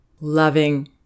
loving